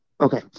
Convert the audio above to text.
Okay